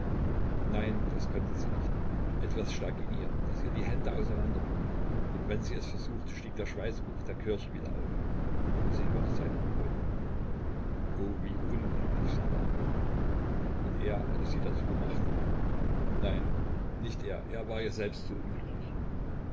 nein das konnte sie nicht etwas stak in ihr das ihr die hände auseinander bog und wenn sie es versuchte stieg der schweißgeruch der kirche wieder auf und sie hörte seinen hohn o wie unglücklich sie war und er hatte sie dazu gemacht nein nicht er er war ja selbst so unglücklich